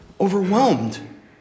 overwhelmed